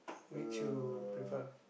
which you prefer